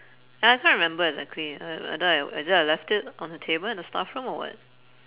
I can't remember exactly a~ although I is it I left it on the table in the staff room or what